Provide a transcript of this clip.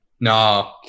No